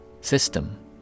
System